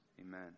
Amen